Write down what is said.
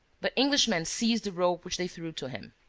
the englishman seized a rope which they threw to him.